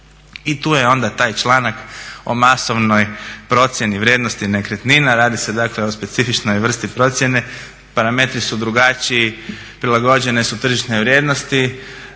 I tu je onda taj članak o masovnoj procjeni vrijednosti nekretnina, radi se o specifičnoj vrsti procjene parametri su drugačiji, prilagođene su tržišne vrijednosti.